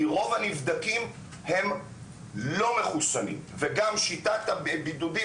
כי רוב הנבדקים הם לא מחוסנים וגם שיטת הבידודים